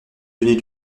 donner